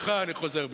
סליחה, אני חוזר בי.